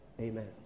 amen